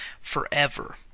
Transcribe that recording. forever